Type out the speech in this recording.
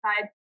side